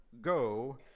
go